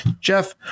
Jeff